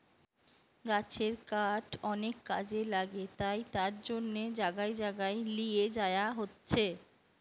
গাছের কাঠ অনেক কাজে লাগে তাই তার জন্যে জাগায় জাগায় লিয়ে যায়া হচ্ছে